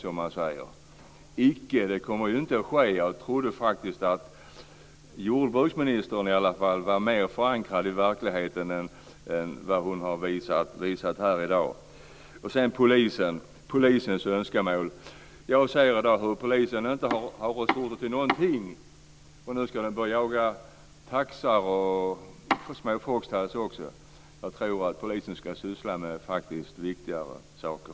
Icke! Det kommer inte att ske. Jag trodde att jordbruksministern var mer förankrad i verkligheten än vad hon har visat här i dag. När det gäller polisens önskemål vill jag säga att polisen i dag inte har resurser till någonting, och nu ska den börja jaga taxar och små foxterrier också. Jag tror att polisen ska syssla med viktigare saker.